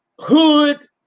hood